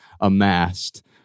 amassed